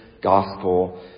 gospel